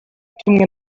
tumwe